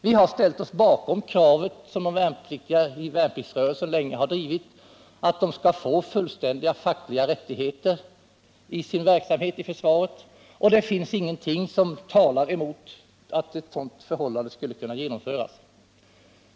Vi har ställt oss bakom kravet som de värnpliktiga i värnplikts rörelsen länge har drivit, nämligen att de skall få fullständiga fackliga rättigheter i sin verksamhet i försvaret. Det finns ingenting som talar emot att sådana rättigheter införs.